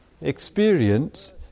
experience